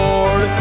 Lord